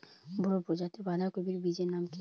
বড় প্রজাতীর বাঁধাকপির বীজের নাম কি?